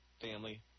family